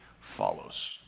follows